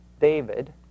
David